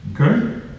Okay